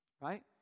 right